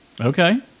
Okay